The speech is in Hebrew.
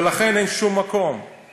ולכן אין שום מקום,